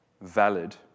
valid